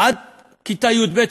עד כיתה י"ב,